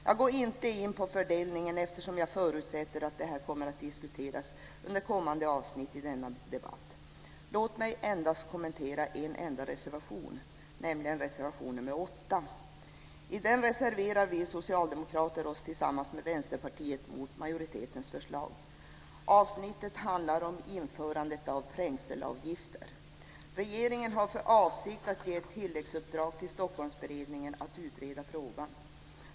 Jag går inte in på fördelningen eftersom jag förutsätter att detta kommer att diskuteras under kommande avsnitt i denna debatt. Låt mig endast kommentera en enda reservation, nämligen reservation 8. I den reserverar vi socialdemokrater oss tillsammans med Vänsterpartiet mot majoritetens förslag. Avsnittet handlar om införande av trängselavgifter. Regeringen har för avsikt att ge ett tilläggsuppdrag till Stockholmsberedningen att utreda frågan.